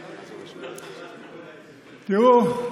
תראו,